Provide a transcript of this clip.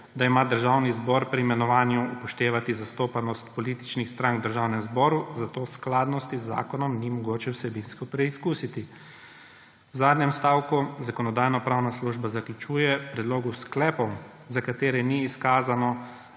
da ima Državni zbor pri imenovanju upoštevati zastopanost političnih strank v Državnem zboru, zato skladnosti z zakonom ni mogoče vsebinsko preizkusiti.« V zadnjem stavku Zakonodajno-pravna služba zaključuje: »Predlogov sklepov, za katere ni izkazano,